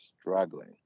struggling